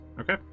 Okay